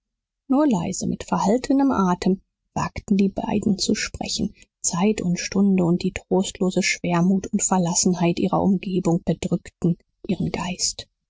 nur leise mit verhaltenem atem wagten die beiden zu sprechen zeit und stunde und die trostlose schwermut und verlassenheit ihrer umgebung bedrückten ihren geist